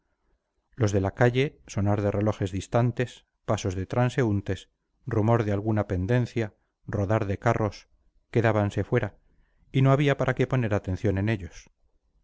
los de la calle sonar de relojes distantes pasos de transeúntes rumor de alguna pendencia rodar de carros quedábanse fuera y no había para qué poner atención en ellos